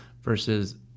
versus